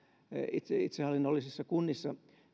itsehallinnollisissa kunnissa